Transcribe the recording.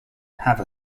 have